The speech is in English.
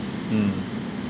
mm